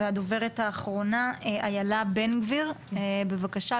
הדוברת האחרונה, אילה בן גביר, בבקשה.